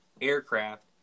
aircraft